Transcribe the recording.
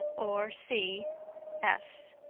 or c s.